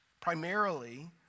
primarily